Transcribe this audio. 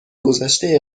گذشته